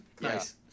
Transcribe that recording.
Nice